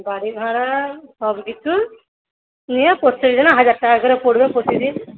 গাড়ি ভাড়া সবকিছু নিয়ে প্রত্যেক জনের হাজার টাকা করে পড়বে প্রতিদিন